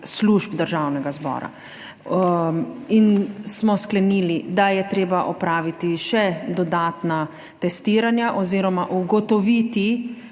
služb Državnega zbora. Sklenili smo, da je treba opraviti še dodatna testiranja oziroma ugotoviti,